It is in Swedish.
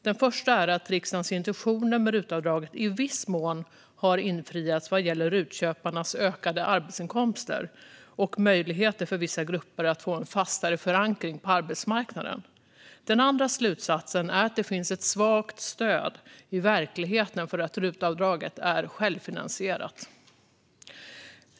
Den första är att riksdagens intentioner med RUT-avdraget i viss mån har infriats vad gäller RUT-köparnas ökade arbetsinkomster och möjligheter för vissa grupper att få en fastare förankring på arbetsmarknaden. Den andra slutsatsen är att det finns ett svagt stöd i verkligheten för att RUT-avdraget är självfinansierat.